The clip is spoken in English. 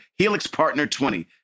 HELIXPARTNER20